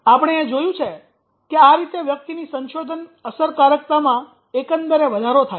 આપણે એ જોયું છે કે આ રીતે વ્યક્તિની સંશોધન અસરકારકતામાં આકંદરે વધારો થાય છે